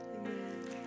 Amen